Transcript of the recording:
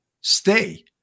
stay